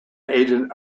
agent